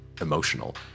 emotional